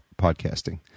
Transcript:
podcasting